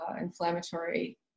inflammatory